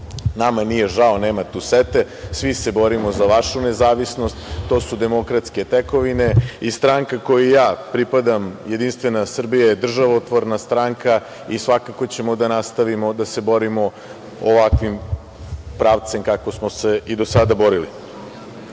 Nama nije žao, nema tu sete, svi se borimo za vašu nezavisnost, to su demokratske tekovine. Stranka kojoj ja pripadam Jedinstvena Srbija je državotvorna stranka i svakako ćemo da nastavimo da se borimo ovakvim pravcem kako smo se i do sada borili.U